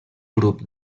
grup